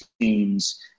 teams